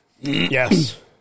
Yes